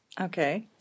Okay